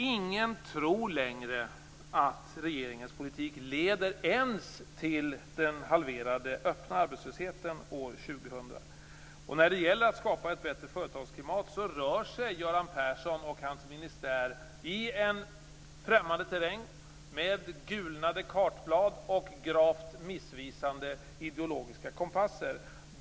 Ingen tror längre att regeringens politik leder ens till den halverade öppna arbetslösheten år 2000. När det gäller att skapa ett bättre företagsklimat rör sig Göran Persson och hans ministär i en främmande terräng med gulnade kartblad och gravt missvisande ideologiska kompasser.